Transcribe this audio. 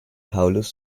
paulus